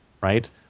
right